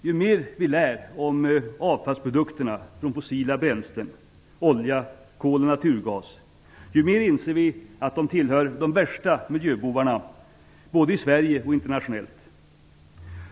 Ju mer vi lär om avfallsprodukterna från fossila bränslen -- olja, kol och naturgas -- ju mer inser vi att de tillhör de värsta miljöbovarna, både i Sverige och internationellt.